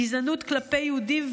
גזענות כלפי יהודים,